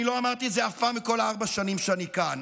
אני לא אמרתי את זה אף פעם בכל ארבע השנים שאני כאן.